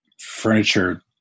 furniture